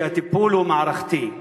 שהטיפול הוא מערכתי,